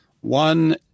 One